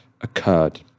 occurred